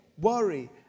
worry